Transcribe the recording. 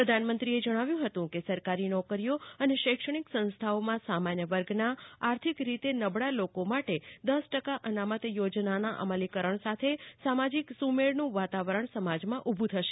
પ્રધાનમંત્રીએ જણાવ્યું હતું કે સરકારી નોકરીઓ અને શૈક્ષણિક સંસ્થાઓમાં સામાન્ય વર્ગના આર્થિક રીતે નબળા લોકો માટે દસ ટકા અનામત યોજનાના અમલીકરણ સાથે સામાજીક સુમેળનું વાતાવરણ સમાજમાં ઉભું થશે